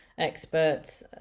experts